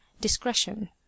discretion